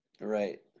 Right